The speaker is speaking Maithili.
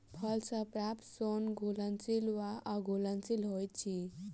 फल सॅ प्राप्त सोन घुलनशील वा अघुलनशील होइत अछि